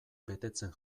betetzen